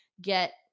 get